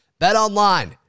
BetOnline